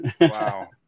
wow